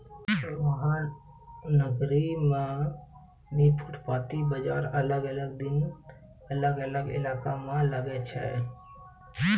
महानगर मॅ भी फुटपाती बाजार अलग अलग दिन अलग अलग इलाका मॅ लागै छै